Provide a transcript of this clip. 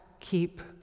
keep